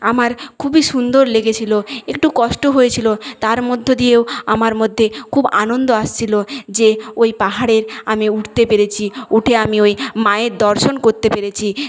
আমার খুবই সুন্দর লেগেছিলো একটু কষ্ট হয়েছিলো তার মধ্য দিয়েও আমার মধ্যে খুব আনন্দ আসছিলো যে ওই পাহাড়ের আমি উঠতে পেরেছি উঠে আমি ওই মায়ের দর্শন করতে পেরেছি